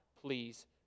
please